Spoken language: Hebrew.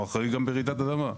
הוא אחראי גם ברעידת אדמה.